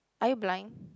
are you blind